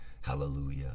hallelujah